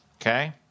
okay